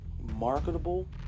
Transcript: Marketable